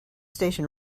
station